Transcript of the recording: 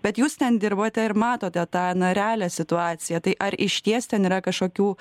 bet jūs ten dirbote ir matote tą na realią situaciją tai ar išties ten yra kažkokių